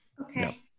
Okay